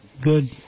good